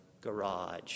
garage